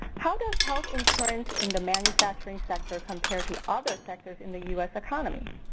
how does health insurance in the manufacturing sector compare to other sectors in the us economy?